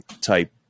type